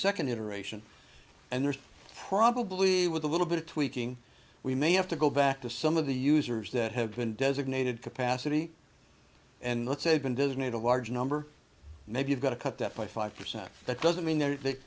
second iteration and there's probably with a little bit of tweaking we may have to go back to some of the users that have been designated capacity and let's say been designated a large number maybe you've got to cut that by five percent that doesn't mean th